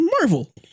Marvel